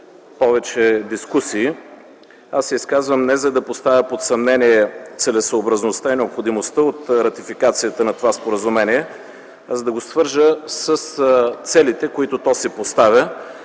повече дискусии. Аз се изказвам не за да поставя под съмнение целесъобразността и необходимостта от ратификацията на това споразумение, а за да го свържа с целите, които то си поставя